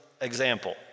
example